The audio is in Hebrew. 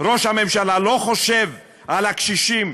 ראש הממשלה לא חושב על הקשישים,